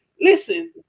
listen